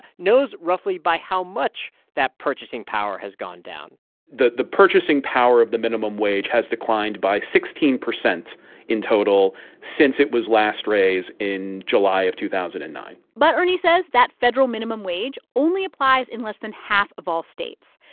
knows roughly by how much that purchasing power has gone down the the purchasing power of the minimum wage has declined by sixteen percent in total since it was last raise in july of two thousand and nine point but ernie says that federal minimum wage only applies in less than half of all states.